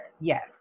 yes